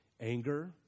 Anger